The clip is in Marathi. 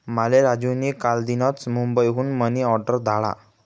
माले राजू नी कालदीनच मुंबई हुन मनी ऑर्डर धाडा